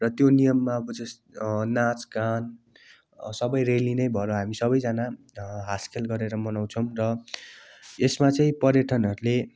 र त्यो नियममा अब जस नाच गान सबै रेली नै भएर हामी सबैजना हाँसखेल गरेर मनाउँछौँ र यसमा चाहिँ पर्यटनहरूले